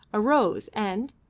arose and,